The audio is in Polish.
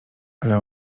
ale